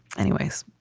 anyways.